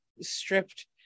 stripped